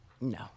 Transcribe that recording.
No